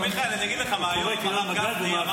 מיכאל, אני אגיד לך מה, היום הרב גפני אמר